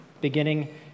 beginning